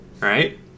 right